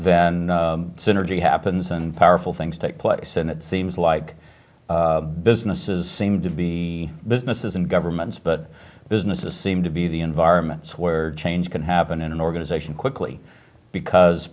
then synergy happens and powerful things take place and it seems like businesses seem to be the misses and governments but businesses seem to be the environments where change can happen in an organization quickly because